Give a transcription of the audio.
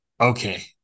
okay